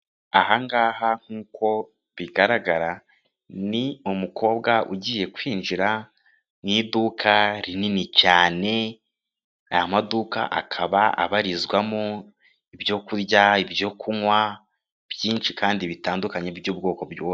Ahangaha nkuko bigaragara, ni umukobwa ugiye kwinjira mu iduka rinini cyane, aya maduka akaba abarizwamo ibyo kurya, ibyo kunywa, byinshi kandi bitandukanye, by'ubwoko bwose.